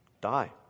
die